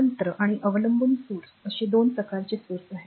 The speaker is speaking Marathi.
स्वतंत्र आणि अवलंबून स्त्रोत असे 2 प्रकारचे स्त्रोत आहेत